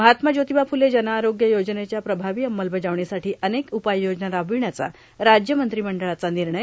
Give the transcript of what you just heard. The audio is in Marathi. महात्मा ज्योतिबा फुले जनआरोग्य योजनेच्या प्रभावी अंमलबजावणीसाठी अनेक उपाय योजना राबविण्याचा राज्य मंत्रिमंडळाचा निर्णय